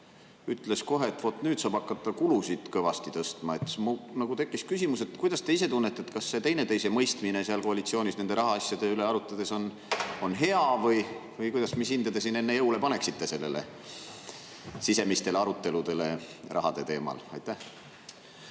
ütles kohe, et vot nüüd saab hakata kulusid kõvasti tõstma. Mul nagu tekkis küsimus, et kuidas te ise tunnete: kas teil teineteise mõistmine seal koalitsioonis rahaasjade üle arutledes on hea või mis hinde te siin enne jõule paneksite nendele sisemistele aruteludele rahade teemal? Aitäh!